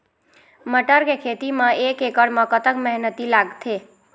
मटर के खेती म एक एकड़ म कतक मेहनती लागथे?